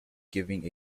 giving